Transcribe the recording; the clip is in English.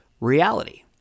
reality